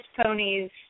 ponies